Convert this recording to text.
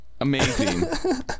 Amazing